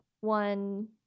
one